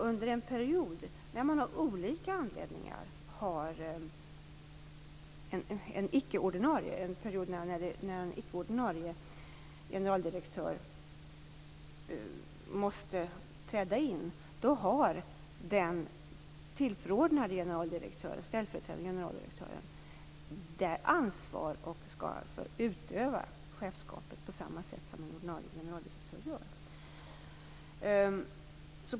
Under en period när en icke ordinarie generaldirektör av olika anledningar måste träda in har den ställföreträdande generaldirektören ansvaret och skall utöva chefskapet på samma sätt som ordinarie generaldirektör gör.